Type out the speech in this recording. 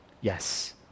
Yes